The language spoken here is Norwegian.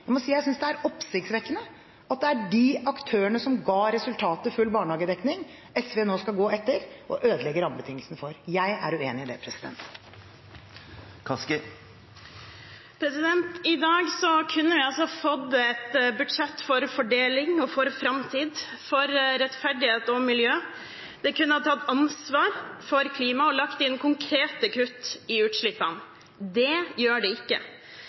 Jeg må si at jeg synes det er oppsiktsvekkende at det er de aktørene som ga resultatet «full barnehagedekning» SV nå skal gå etter og ødelegge rammebetingelsene for. Jeg er uenig i det. I dag kunne vi altså fått et budsjett for fordeling og for framtid, for rettferdighet og miljø, det kunne ha tatt ansvar for klimaet og lagt inn konkrete kutt i utslippene. Det gjør det ikke.